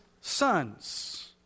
sons